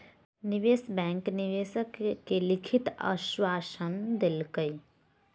निवेश बैंक निवेशक के लिखित आश्वासन देलकै